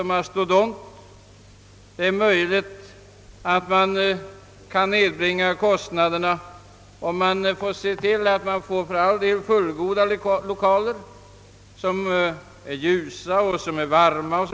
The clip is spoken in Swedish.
Jag anser att det är möjligt att nedbringa kostnaderna och ändå erhålla fullgoda lokaler.